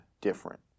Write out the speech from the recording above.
different